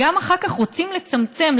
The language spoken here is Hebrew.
גם אחר כך רוצים לצמצם,